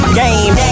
game